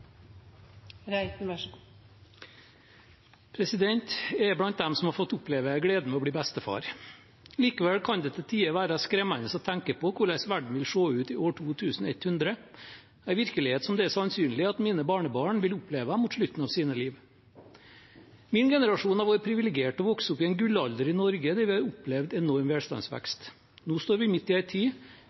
er blant dem som har fått oppleve gleden ved å bli bestefar. Likevel kan det til tider være skremmende å tenke på hvordan verden vil se ut i år 2100, en virkelighet som det er sannsynlig at mine barnebarn vil oppleve mot slutten av sitt liv. Min generasjon har vært privilegert ved å vokse opp i en gullalder i Norge, der vi har opplevd en enorm velstandsvekst. Nå står vi midt i en tid